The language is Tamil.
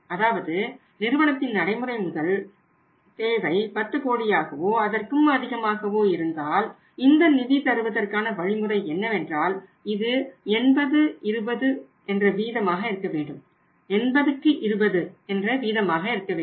அதாவது நிறுவனத்தின் நடைமுறை முதல் தேவை 10 கோடியாகவோ அதற்கும் அதிகமாகவோ இருந்தால் இந்த நிதி தருவதற்கான வழிமுறை என்னவென்றால் இது 8020 வீதமாக இருக்கவேண்டும்